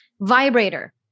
vibrator